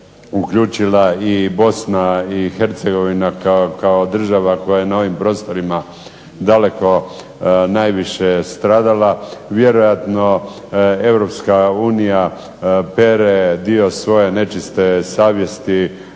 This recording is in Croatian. uključila i Bosna i Hercegovina kao država koja je na ovim prostorima daleko najviše stradala. Vjerojatno Europska unija pere dio svoje nečiste savjesti